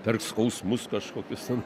per skausmus kažkokius ten